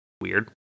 weird